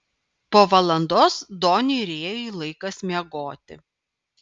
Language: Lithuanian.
po valandos doniui rėjui laikas miegoti